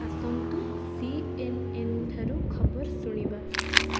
ଆସନ୍ତୁ C N N ଠାରୁ ଖବର ଶୁଣିବା